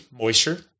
moisture